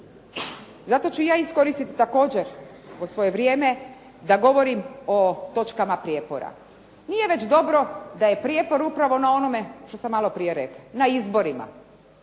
zato ću ja iskoristiti također ovo svoje vrijeme da govorim o točkama prijepora. Nije već dobro da je prijepor na onome što sam prije već rekla, na izborima,